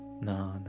No